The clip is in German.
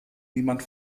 niemand